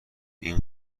این